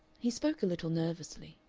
he spoke a little nervously.